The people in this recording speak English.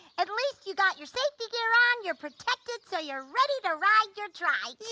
at least you got your safety gear on, you're protected so you're ready to ride your tri.